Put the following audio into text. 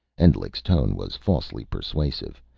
endlich's tone was falsely persuasive.